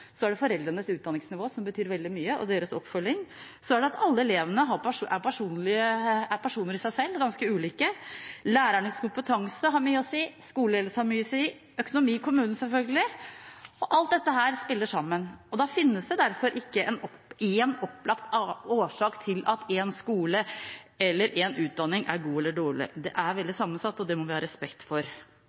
så er det foreldrenes utdanningsnivå, som betyr veldig mye, deres oppfølging, og så er det at alle elevene er personer i seg selv og ganske ulike. Lærernes kompetanse har mye å si, skoleledelse har mye å si, økonomien i kommunene, selvfølgelig, og alt dette spiller sammen. Det finnes derfor ikke én opplagt årsak til at en skole eller en utdanning er god eller dårlig. Det er veldig sammensatt, og det må vi ha respekt for.